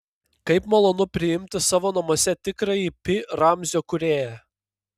kaip malonu priimti savo namuose tikrąjį pi ramzio kūrėją